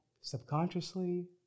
subconsciously